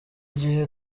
gihe